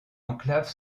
enclave